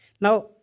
Now